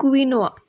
कुविनोआ